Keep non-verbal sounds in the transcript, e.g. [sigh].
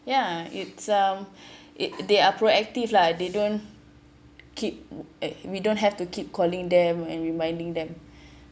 ya it's um [breath] it they are proactive lah they don't keep we don't have to keep calling them and reminding them [breath]